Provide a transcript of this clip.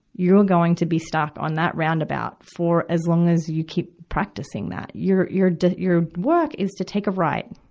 you're going to be stuck on that roundabout for as long as you keep practicing that. you're, you're, you're work is to take a right,